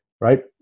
right